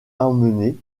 emmenée